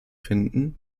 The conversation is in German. finden